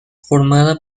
formada